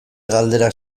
galderak